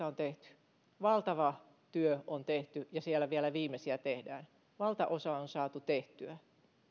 on tehty valtava työ on tehty ja siellä vielä viimeisiä tehdään valtaosa on saatu tehtyä